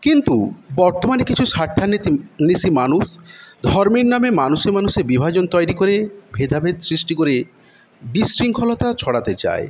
কিন্তু বর্তমানে কিছু স্বার্থান্বেষি মানুষ ধর্মের নামে মানুষে মানুষে বিভাজন তৈরি করে ভেদাভেদ সৃষ্টি করে বিশৃঙ্খলতা ছড়াতে চায়